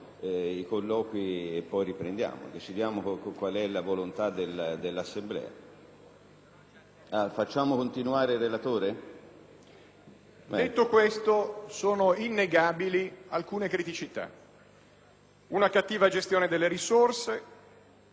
Detto questo, sono innegabili alcune criticità: una cattiva gestione delle risorse;